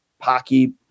hockey